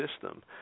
system